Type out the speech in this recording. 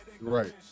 Right